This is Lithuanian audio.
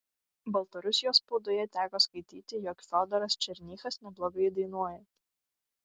baltarusijos spaudoje teko skaityti jog fiodoras černychas neblogai dainuoja